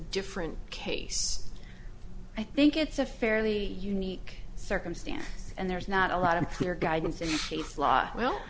different case i think it's a fairly unique circumstance and there's not a lot of